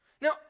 Now